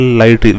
light